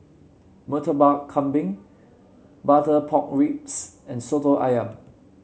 Murtabak Kambing Butter Pork Ribs and Soto ayam